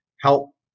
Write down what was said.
help